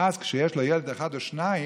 ואז כשיש לו ילד אחד או שניים,